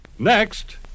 Next